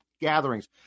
gatherings